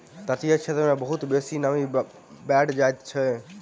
तटीय क्षेत्र मे बहुत बेसी नमी बैढ़ जाइत अछि